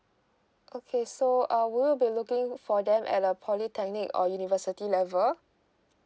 okay so uh will you be looking for them at a polytechnic or university level